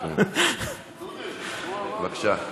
בבקשה,